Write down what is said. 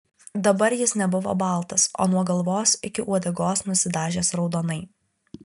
dabar jis nebuvo baltas o nuo galvos iki uodegos nusidažęs raudonai